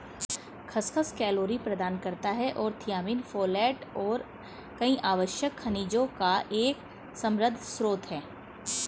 खसखस कैलोरी प्रदान करता है और थियामिन, फोलेट और कई आवश्यक खनिजों का एक समृद्ध स्रोत है